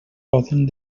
poden